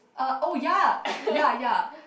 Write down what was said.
uh oh ya ya ya